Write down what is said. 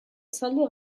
saldu